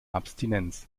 abstinenz